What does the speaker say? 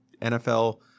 nfl